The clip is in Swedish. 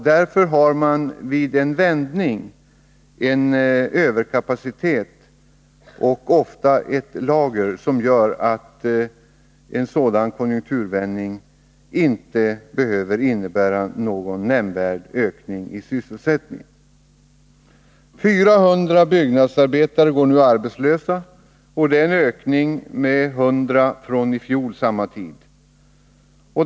Därför har man en överkapacitet och ofta ett lager som gör att en konjunkturvändning inte behöver innebära någon nämnvärd ökning av sysselsättningen. 400 byggnadsarbetare går nu arbetslösa. Det är en ökning med 100 från samma tid i fjol.